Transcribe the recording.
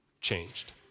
changed